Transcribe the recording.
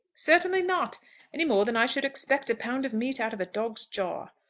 certainly not any more than i should expect a pound of meat out of a dog's jaw.